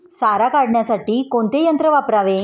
सारा काढण्यासाठी कोणते यंत्र वापरावे?